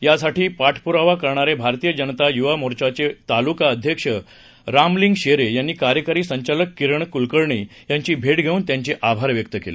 यासाठी पाठपूरावा करणारे भारतीय जनता युवा मोर्चाचे तालुका अध्यक्ष रामलिंग शेरे यांनी कार्यकारी संचालक किरण कुलकर्णी याची भेट घेऊन त्यांचे आभार व्यक्त केलं